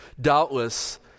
Doubtless